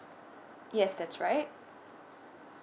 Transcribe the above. yes that's right